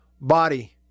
body